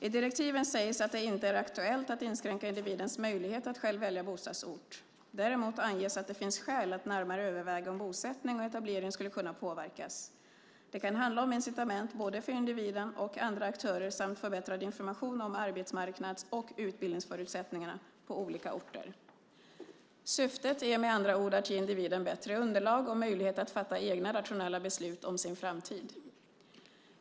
I direktiven sägs att det inte är aktuellt att inskränka individens möjlighet att själv välja bostadsort. Däremot anges att det finns skäl att närmare överväga om bosättning och etablering skulle kunna påverkas. Det kan handla om incitament både för individen och andra aktörer samt förbättrad information om arbetsmarknads och utbildningsförutsättningarna på olika orter. Syftet är med andra ord att ge individen bättre underlag och möjlighet att fatta egna rationella beslut om sin framtid.